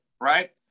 right